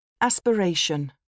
Aspiration